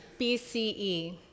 BCE